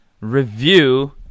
Review